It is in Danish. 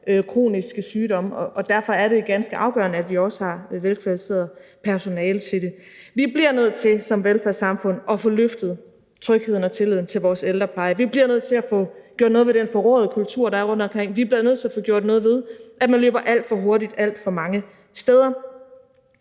kroniske sygdomme – og derfor er det ganske afgørende, at vi også har et velkvalificeret personale til det. Vi bliver nødt til som velfærdssamfund at få løftet trygheden og tilliden i forhold til vores ældrepleje. Vi bliver nødt til at få gjort noget ved den forråede kultur, der er rundtomkring. Vi bliver nødt til at få gjort noget ved, at man løber alt for hurtigt alt for mange steder.